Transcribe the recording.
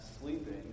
sleeping